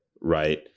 right